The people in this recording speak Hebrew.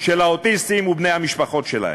של האוטיסטים ובני המשפחות שלהם.